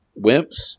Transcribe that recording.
wimps